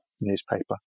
newspaper